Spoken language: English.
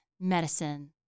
Medicine